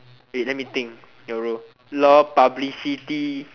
wait let me think your role lol publicity